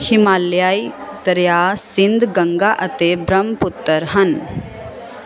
ਹਿਮਾਲਿਆਈ ਦਰਿਆ ਸਿੰਧ ਗੰਗਾ ਅਤੇ ਬ੍ਰਹਮਪੁੱਤਰ ਹਨ